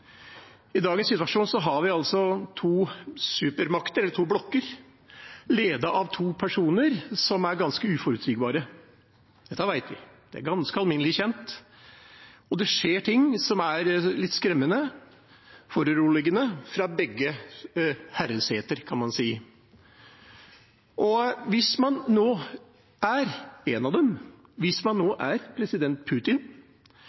I dagens situasjon har vi altså to supermakter, to blokker, ledet av to personer som er ganske uforutsigbare. Dette vet vi, det er ganske alminnelig kjent. Og det skjer ting som er litt skremmende og foruroligende, fra begge herreseter, kan man si. Hvis man er en av dem, hvis man er president Putin,